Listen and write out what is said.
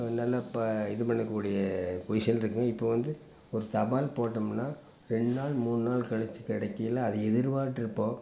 இப்போ இது பண்ணக்கூடிய பொசிஷனில் இருக்குங்க இப்போ வந்து ஒரு தபால் போட்டோமுன்னா ரெண்டு நாள் மூணு நாள் கழித்து கிடைக்கையில அது எதிர்பார்த்திருப்போம்